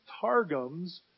targums